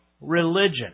Religion